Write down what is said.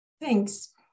thanks